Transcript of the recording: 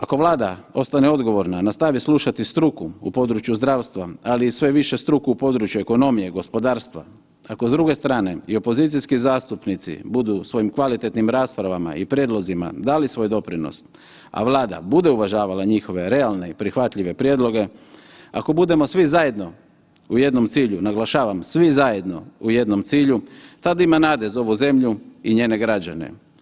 Ako Vlada ostane odgovorna, nastavi slušati struku u području zdravstva, ali i sve više struku u području ekonomije, gospodarstva, ako s druge strane, i opozicijski zastupnici budu svojim kvalitetnim rasprava i prijedlozima dali svoj doprinos, a Vlada bude uvažavala njihove realne i prihvatljive prijedloge, ako budemo svi zajedno u jednom cilju, naglašavam, svi zajedno u jednom cilju, tada ima nade za ovu zemlju i njene građane.